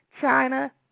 China